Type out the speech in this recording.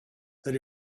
that